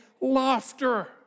laughter